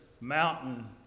mountain